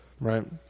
right